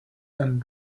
and